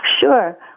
Sure